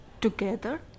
together